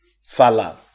Salah